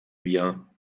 wir